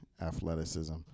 athleticism